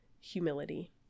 humility